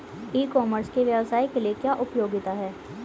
ई commerce के व्यवसाय के लिए क्या उपयोगिता है?